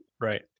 Right